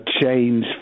change